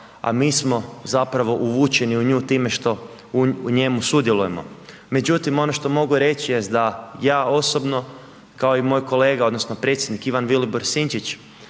a mi smo zapravo uvučeni u nju time što u njemu sudjelujemo. Međutim, ono što mogu reći jest da ja osobno kao i moj kolega odnosno predsjednik Ivan Vilibor Sinčić